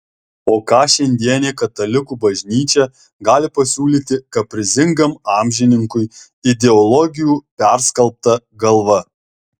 o ką šiandienė katalikų bažnyčia gali pasiūlyti kaprizingam amžininkui ideologijų perskalbta galva